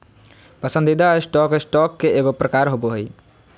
पसंदीदा stock, stock के एगो प्रकार होबो हइ